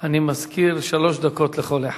אני מזכיר, שלוש דקות לכל אחד.